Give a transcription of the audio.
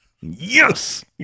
yes